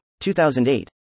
2008